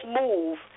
move